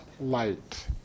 light